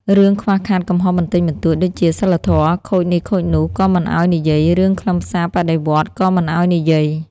រឿងខ្វះខាតកំហុសបន្តិចបន្តួច ដូចជាសីលធម៌ខូចនេះខូចនោះក៏មិនឱ្យនិយាយ រឿងខ្លឹមសារបដិវត្តន៍ក៏មិនឱ្យនិយាយ។